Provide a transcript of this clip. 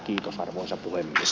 kiitos arvoisa puhemies